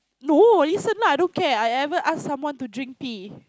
no listen lah I don't care I ever ask someone to drink tea